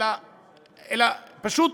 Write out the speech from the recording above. אלא פשוט